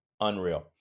unreal